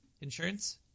insurance